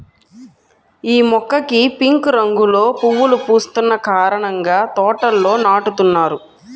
యీ మొక్కకి పింక్ రంగులో పువ్వులు పూస్తున్న కారణంగా తోటల్లో నాటుతున్నారు